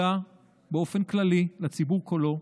אלא באופן כללי לציבור כולו,